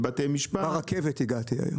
הגעתי ברכבת.